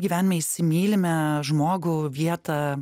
gyvenime įsimylime žmogų vietą